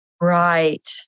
Right